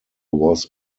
was